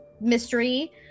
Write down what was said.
mystery